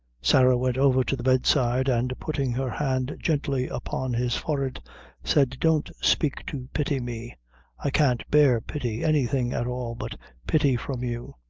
sarah went over to the bedside, and putting her hand gently upon his forehead, said don't spake to pity me i can't bear pity anything at all but pity from you.